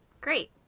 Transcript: great